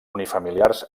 unifamiliars